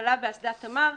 כשהייתה תקלה באסדת "תמר",